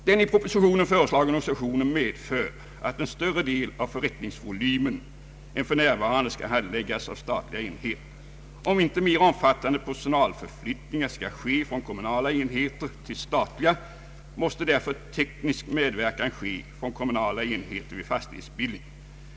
Den i propositionen föreslagna organisationen medför att en större del av förrättningsvolymen än för närvarande skall handläggas av statliga enheter. Om inte mer omfattande personalförflyttningar skall ske från kommunala enheter till statliga måste därför teknisk medverkan ske från kommunala enheter vid fastighetsbildningen.